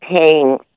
paying